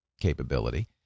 capability